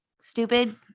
stupid